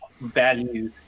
value